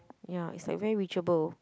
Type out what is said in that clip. ya it's like very reachable